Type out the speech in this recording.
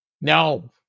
No